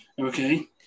okay